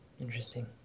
Interesting